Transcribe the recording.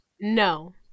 no